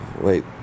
wait